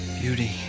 beauty